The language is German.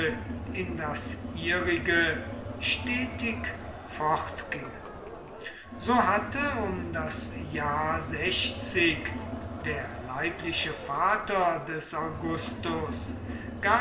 in das ihrige stetig fortgingen so hatte um das jahr der leibliche vater des augustus